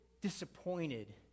disappointed